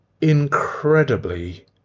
incredibly